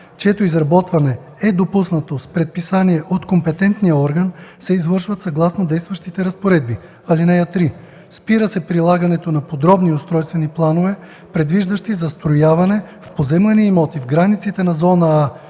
чието изработване е допуснато с предписание от компетентния орган, се довършват съгласно действащите разпоредби. (3) Спира се прилагането на подробни устройствени планове, предвиждащи застрояване в поземлени имоти в границите на зона „А”,